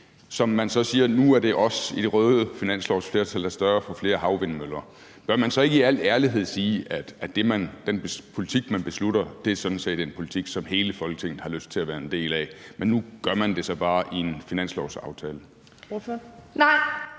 og man så siger, at nu er det det røde finanslovsflertal, der sørger for flere havvindmøller, bør man så ikke i al ærlighed sige, at den politik, man beslutter, sådan set er en politik, som hele Folketinget har lyst til at være en del af, men at man nu bare gør det i en finanslovsaftale? Kl.